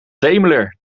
daimler